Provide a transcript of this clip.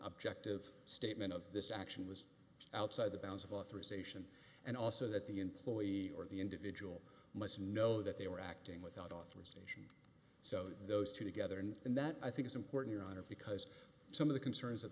objective statement of this action was outside the bounds of authorization and also that the employee or the individual must know that they were acting without authorization so those two together and that i think is important to honor because some of the concerns of